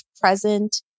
present